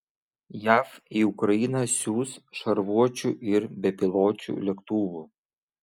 jav į ukrainą siųs šarvuočių ir bepiločių lėktuvų